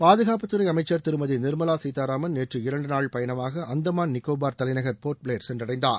பாதுகாப்புத்துறை அமைச்சர் திருமதி நிர்மலா சீத்தாராமன் நேற்று இரண்டு நாள் பயணமாக அந்தமான் நிக்கோபார் தலைநகர் போர்ட்பிளேயர் சென்றடைந்தார்